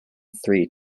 three